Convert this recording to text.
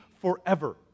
forever